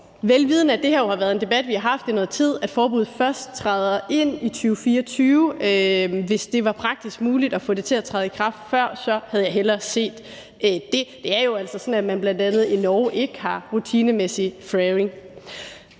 vel vidende, at det her jo har været en debat, vi har haft i noget tid – at forbuddet først træder i kraft i 2024. Hvis det var praktisk muligt at få det til at træde i kraft før, havde jeg hellere set det. Det er jo altså sådan, at man bl.a. i Norge ikke har rutinemæssig flaring.